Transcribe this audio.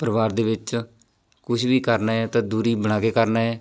ਪਰਿਵਾਰ ਦੇ ਵਿੱਚ ਕੁਛ ਵੀ ਕਰਨਾ ਹੈ ਤਾਂ ਦੂਰੀ ਬਣਾ ਕੇ ਕਰਨਾ ਹੈ